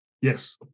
Yes